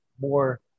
more